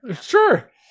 Sure